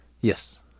yes